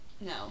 no